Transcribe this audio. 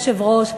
אדוני היושב-ראש,